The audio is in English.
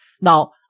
Now